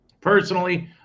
personally